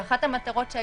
לא רק זה.